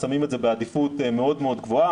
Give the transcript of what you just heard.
שמים את זה בעדיפות מאוד מאוד גבוהה.